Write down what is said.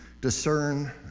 discern